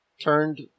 Turned